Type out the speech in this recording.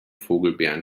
vogelbeeren